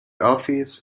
office